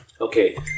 Okay